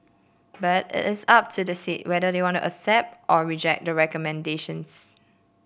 but it is up to the state whether they want to accept or reject the recommendations